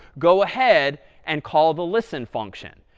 go ahead and call the listen function.